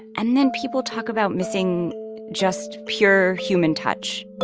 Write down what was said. and then people talk about missing just pure human touch